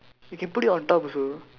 you can put it on top also